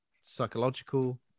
psychological